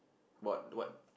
what what